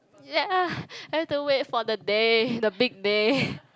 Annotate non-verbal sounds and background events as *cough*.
ya *breath* I have to wait for the day the big day *breath*